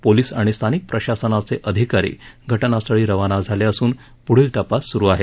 police आणि स्थानिक प्रशासनाचे अधिकारी घटनास्थळी रवाना झाले असून पुढील तपास सुरू आहे